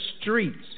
streets